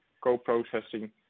co-processing